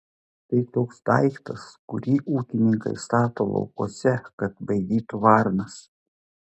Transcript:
tai toks daiktas kurį ūkininkai stato laukuose kad baidytų varnas